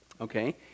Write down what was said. Okay